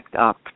up